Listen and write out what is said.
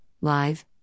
live